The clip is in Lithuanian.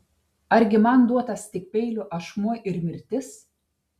argi man duotas tik peilio ašmuo ir mirtis